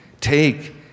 take